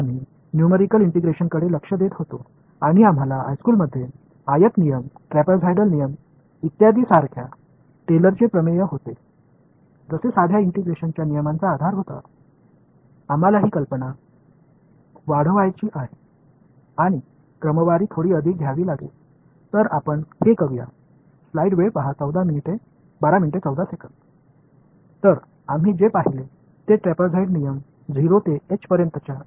எனவே நாம் numerical integration பார்த்துக் கொண்டிருந்தோம் நாம் பார்க்கும் இது எளிய நியூமறிகள் இன்டெகிரஷன் உயர்நிலைப் பள்ளியில் படித்த செவ்வக விதி ட்ரெப்சாய்டல் விதி போன்ற எளிய ஒருங்கிணைப்பு விதிகளின் அடிப்படையை நாங்கள் கண்டறிந்தோம் இது அடிப்படையில் டெய்லரின்Taylor's தேற்றம்